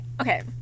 okay